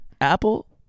Apple